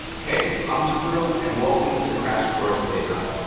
hey, i'm jabril and welcome to crash course ai!